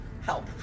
help